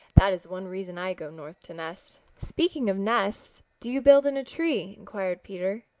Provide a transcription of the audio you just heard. that is one reason i go north to nest. speaking of nests, do you build in a tree? inquired peter.